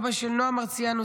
אבא של נועה מרציאנו,